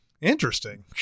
interesting